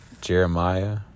jeremiah